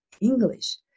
English